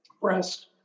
breast